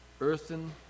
earthen